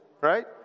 right